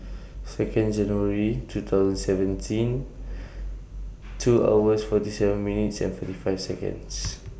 Second January two thousand seventeen two hours forty seven minutes and forty five Seconds